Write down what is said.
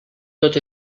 tot